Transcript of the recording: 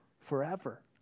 forever